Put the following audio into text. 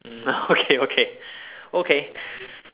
okay okay okay